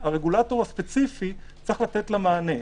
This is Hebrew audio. הרגולטור הספציפי צריך לתת לה מענה.